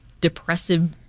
depressive